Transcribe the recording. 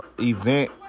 event